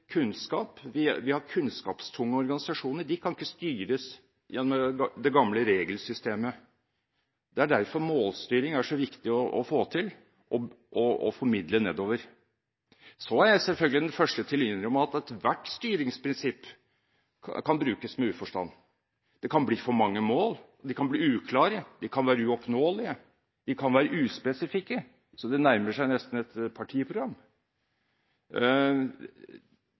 kunnskap. Vi har kunnskapstunge organisasjoner, og de kan ikke styres gjennom det gamle regelsystemet. Derfor er målstyring så viktig å få til og formidle nedover. Jeg er selvfølgelig den første til å innrømme at ethvert styringsprinsipp kan brukes med uforstand. Det kan bli for mange mål. De kan bli uklare. De kan være uoppnåelige. De kan være så uspesifikke at de nesten likner et partiprogram.